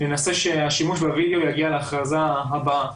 ננסה שהשימוש בווידאו יגיע להכרזה הבאה,